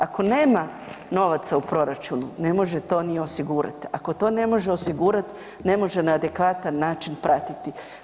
Ako nema novaca u proračunu ne može to ni osigurati, ako to ne može osigurat ne može na adekvatan način pratiti.